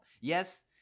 Yes